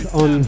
on